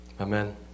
amen